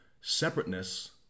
separateness